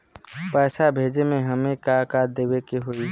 पैसा भेजे में हमे का का देवे के होई?